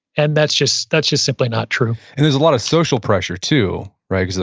and that's just that's just simply not true and there's a lot of social pressure too, right? so